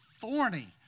thorny